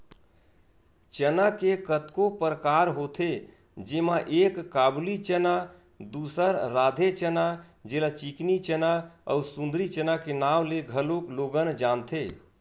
चना के कतको परकार होथे जेमा एक काबुली चना, दूसर राधे चना जेला चिकनी चना अउ सुंदरी चना के नांव ले घलोक लोगन जानथे